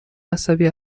عصبی